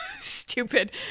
Stupid